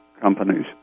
companies